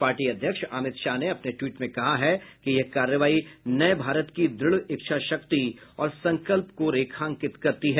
party अध्यक्ष अमित शाह ने अपने ट्वीट में कहा है कि यह कार्रवाई नये भारत की दृढ़ इच्छा शक्ति और संकल्प को रेखांकित करती है